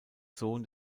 sohn